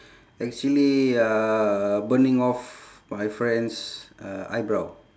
actually uh burning off my friend's uh eyebrow